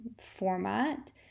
format